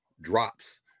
drops